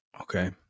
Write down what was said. Okay